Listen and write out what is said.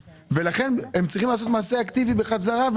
כדי לשנות את זה הם צריכים לעשות מעשה אקטיבי בחזרה,